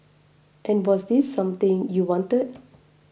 and was this something you wanted